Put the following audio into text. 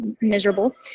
miserable